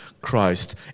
Christ